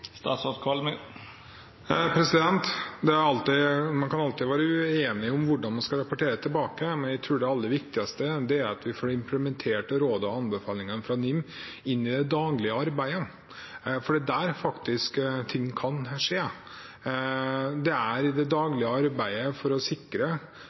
Man kan alltid være uenig om hvordan man skal rapportere tilbake. Jeg tror det aller viktigste er at vi får implementert rådene og anbefalingene fra NIM i det daglige arbeidet, for det er der ting kan skje – i det daglige arbeidet for å sikre at f.eks. domstolene er uavhengige, og i det